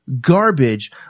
Garbage